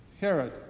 Herod